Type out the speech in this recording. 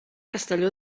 castelló